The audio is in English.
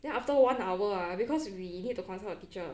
then after one hour ah because we need to consult the teacher